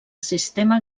sistema